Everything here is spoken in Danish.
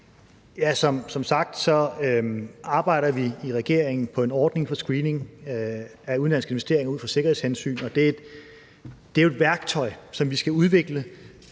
Som sagt arbejder vi i regeringen på en ordning for screening af udenlandske investeringer ud fra sikkerhedshensyn, og det er jo et værktøj, som vi skal udvikle,